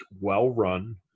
well-run